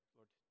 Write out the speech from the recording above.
Lord